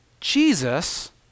Jesus